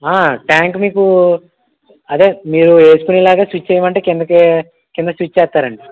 tank మీకు అదే మీరు వేసుకునేలాగా స్విచ్ వేయమంటే కిందకి కింద స్విచ్ వేస్తారండి